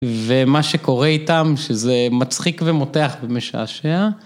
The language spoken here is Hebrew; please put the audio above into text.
ומה שקורה איתם, שזה מצחיק ומותח ומשעשע.